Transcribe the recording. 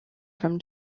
from